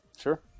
Sure